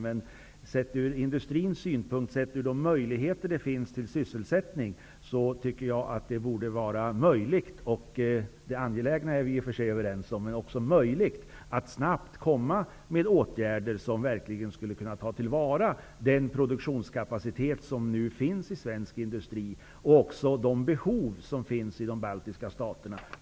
Men sett från industrins synpunkt och de möjligheter som finns till sysselsättning där, borde det vara möjligt -- vi är i och för sig överens om att det är angeläget -- att snabbt komma med förslag till åtgärder som verkligen tar till vara den produktionskapacitet som nu finns i svensk industri och fylla de behov som finns i de baltiska staterna.